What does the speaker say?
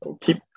keep